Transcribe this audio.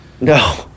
no